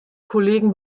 kollegen